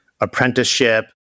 apprenticeship